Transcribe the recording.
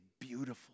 beautiful